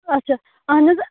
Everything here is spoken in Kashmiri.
اچھا اہن حَظ